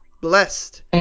blessed